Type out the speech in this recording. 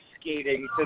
skating